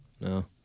No